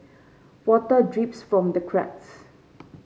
water drips from the cracks